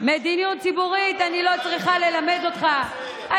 אני לא צריכה ללמד אותך מדיניות ציבורית.